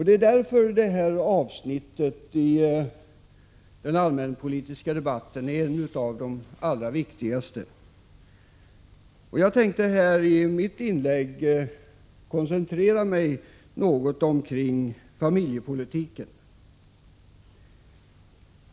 Det är därför det här avsnittet i den allmänpolitiska debatten är ett av de allra viktigaste. Jag tänker i mitt inlägg koncentrera mig på familjepolitiken.